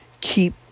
keep